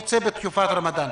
אלא בתקופת הרמדאן.